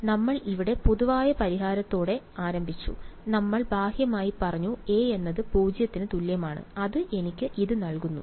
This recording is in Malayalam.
അതിനാൽ നമ്മൾ ഇവിടെ പൊതുവായ പരിഹാരത്തോടെ ആരംഭിച്ചു നമ്മൾ ബാഹ്യമായി പറഞ്ഞു a എന്നത് 0 ന് തുല്യമാണ് അത് എനിക്ക് ഇത് നൽകുന്നു